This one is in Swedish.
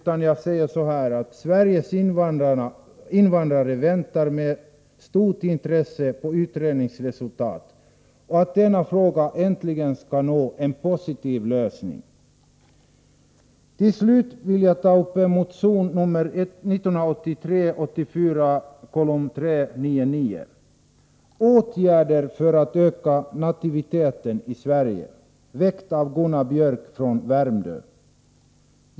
Jag vill bara säga att Sveriges invandrare väntar med stort intresse på utredningens resultat och hoppas att denna fråga äntligen skall få en positiv lösning. Till slut vill jag ta upp motion 1983/84:399 om åtgärder för att öka nativiteten i Sverige, väckt av Gunnar Biörck i Värmdö.